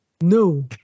No